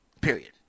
period